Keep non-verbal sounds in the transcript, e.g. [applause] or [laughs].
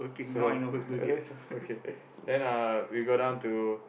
so [laughs] okay then uh we go down to